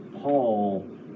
Paul